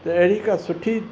त अहिड़ी का सुठी